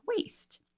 waste